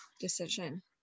decision